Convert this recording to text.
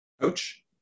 Coach